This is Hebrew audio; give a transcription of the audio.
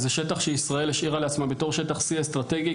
זה שטח שישראל השאירה לעצמה בתור שטח C אסטרטגי,